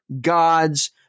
God's